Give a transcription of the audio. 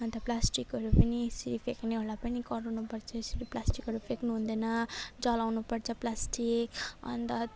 अन्त प्लास्टिकहरू पनि सि फ्याँक्नेहरूलाई पनि कराउनु पर्छ यसरी प्लास्टिकहरू फ्याक्नु हुँदैन जलाउनु पर्छ प्लास्टिक अन्त